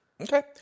Okay